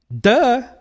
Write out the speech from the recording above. Duh